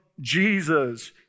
Jesus